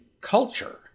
culture